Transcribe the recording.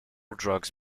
drugs